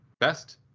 Best